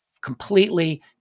completely